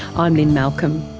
i'm lynne malcolm.